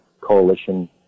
coalition